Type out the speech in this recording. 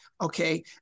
okay